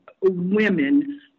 women